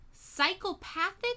psychopathic